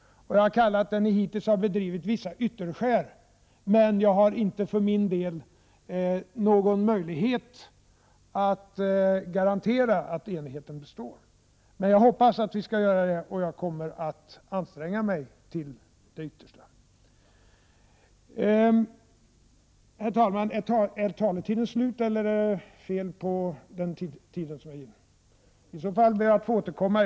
Jag har beskrivit det som ni hittills har gjort som vissa ytterskär, men jag har inte för min del någon möjlighet att garantera att enigheten består. Jag hoppas att den skall göra det, och jag kommer att anstränga mig till det yttersta för detta. Jag ber att få återkomma.